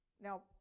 Now